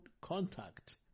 contact